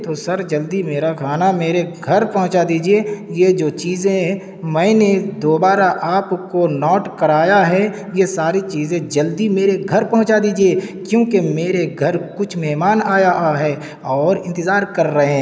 تو سر جلدی میرا کھانا میرے گھر پہنچا دیجیے یہ جو چیزیں میں نے دوبارہ آپ کو نوٹ کرایا ہے یہ ساری چیزیں جلدی میرے گھر پہنچا دیجیے کیوںکہ میرے گھر کچھ مہمان آیا ہے اور انتظار کر رہے